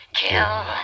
Kill